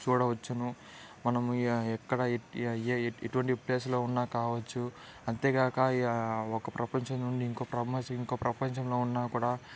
చూడవచ్చును మనం ఏ ఎక్కడ ఏ యే ఎటువంటి ప్లేస్లో ఉన్న కావచ్చు అంతేకాక ఏ ఒక ప్రపంచం నుండి ఇంకో ప్రపంచం ఇంకో ప్రపంచంలో ఉన్నా కూడా